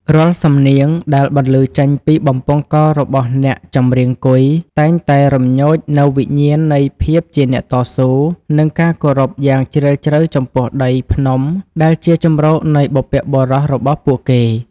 រាល់សំនៀងដែលបន្លឺចេញពីបំពង់ករបស់អ្នកចម្រៀងគុយ តែងតែរំញោចនូវវិញ្ញាណនៃភាពជាអ្នកតស៊ូ និងការគោរពយ៉ាងជ្រាលជ្រៅចំពោះដីភ្នំដែលជាជម្រកនៃបុព្វបុរសរបស់ពួកគេ។